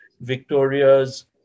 Victoria's